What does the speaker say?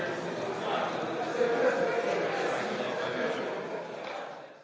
Hvala